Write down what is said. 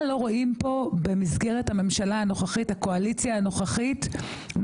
אתם חלק מקואליציה רצינית,